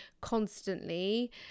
constantly